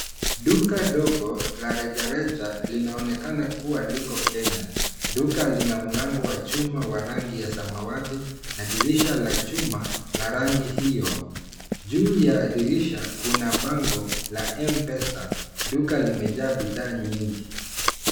Duka dogo la reja reja linaonekana kua liko Kenya. Duka lina mlango wa chuma wa rangi ya samawati na dirisha la chuma la rangi hiyo. Juu ya dirisha kuna bango la mpesa, duka limejaa bidhaa nyingi.